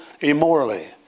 immorally